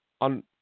on